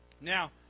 Now